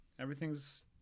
Everything's